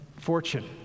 fortune